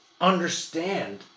understand